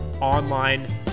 online